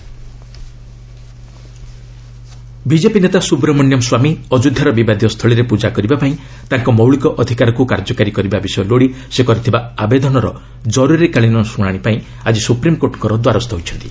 SC Ayodhya BJP ନେତା ସୁବ୍ରମଣ୍ୟମ୍ ସ୍ୱାମୀ ଅଯୋଧ୍ୟାର ବିବାଦୀୟ ସ୍ଥଳୀରେ ପୂଜା କରିବାପାଇଁ ତାଙ୍କ ମୌଳିକ ଅଧିକାରକୁ କାର୍ଯ୍ୟକାରୀ କରିବା ବିଷୟ ଲୋଡ଼ି ସେ କରିଥିବା ଆବେଦନର ଜରୁରୀକାଳୀନ ଶୁଣାଶି ପାଇଁ ଆଜି ସୁପ୍ରିମ୍କୋର୍ଟଙ୍କ ଦ୍ୱାରସ୍ଥ ହୋଇଛନ୍ତି